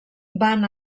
van